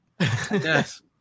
yes